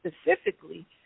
specifically